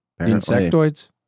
Insectoids